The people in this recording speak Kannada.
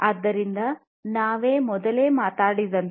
ಆದ್ದರಿಂದ ನಾನು ಮೊದಲೇ ಮಾತನಾಡಿದಂತೆ